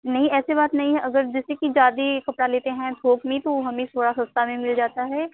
नहीं ऐसे बात नहीं अगर जैसे कि ज़्यादा कपड़ा लेते हैं थोक में तो हमें थोड़े सस्ते में मिल जाता है